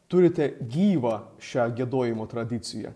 turite gyvą šią giedojimo tradiciją